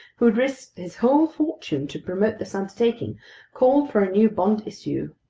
who had risked his whole fortune to promote this undertaking, called for a new bond issue.